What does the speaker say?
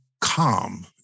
calm